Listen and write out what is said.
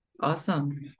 Awesome